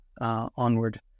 onward